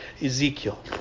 Ezekiel